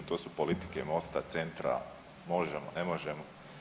To su politike Mosta, Centra, Možemo, ne možemo.